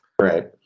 Right